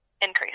increase